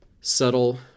subtle